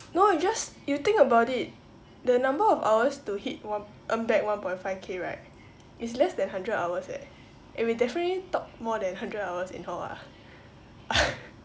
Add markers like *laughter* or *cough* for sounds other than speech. no you just you think about it the number of hours to hit one earn back one point five K right is less than hundred hours eh and we definitely talk more than hundred hours in hall ah *laughs*